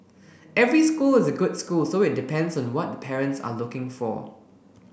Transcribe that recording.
every school is a good school so it depends on what parents are looking for